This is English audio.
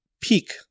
peak